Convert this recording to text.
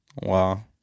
Wow